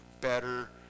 better